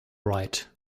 right